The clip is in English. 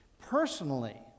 personally